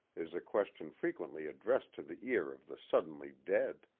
is a question frequently addressed to the ear of the suddenly dead.